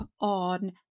on